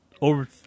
over